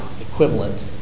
equivalent